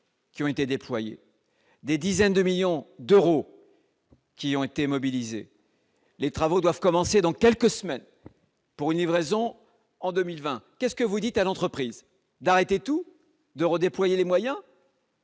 qui ont été déployés, des dizaines de millions d'euros qui ont été mobilisés, les travaux doivent commencer dans quelques semaines, pour une livraison en 2020 qu'est-ce que vous dites à l'entreprise d'arrêter tout de redéployer les moyens.